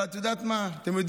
אבל אתם יודעים מה,